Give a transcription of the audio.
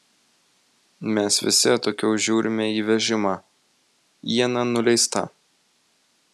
mes visi atokiau žiūrime į vežimą iena nuleista